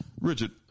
Richard